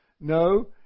No